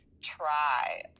Try